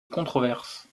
controverses